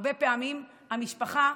הרבה פעמים המשפחה,